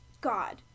God